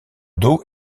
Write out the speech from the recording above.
dos